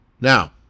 Now